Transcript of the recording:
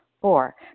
Four